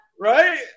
Right